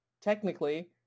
technically